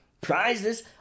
Prizes